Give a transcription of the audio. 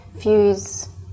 fuse